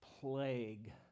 plague